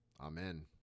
Amen